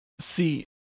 See